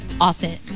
often